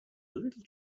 little